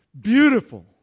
beautiful